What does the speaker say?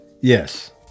yes